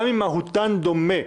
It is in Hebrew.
גם אם מהותן דומה,